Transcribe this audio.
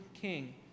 king